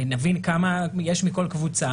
נבין כמה יש מכל קבוצה,